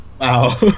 Wow